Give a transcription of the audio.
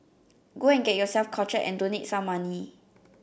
go and get yourself cultured and donate some money